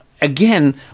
again